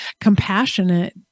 compassionate